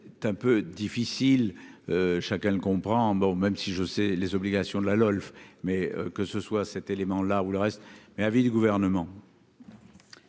peu un peu difficiles, chacun le comprend bon même si je sais les obligations de la LOLF mais que ce soit, cet élément là où le reste mais vie du gouvernement.